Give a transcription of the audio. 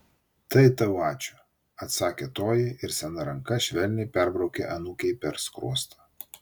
tai tau ačiū atsakė toji ir sena ranka švelniai perbraukė anūkei per skruostą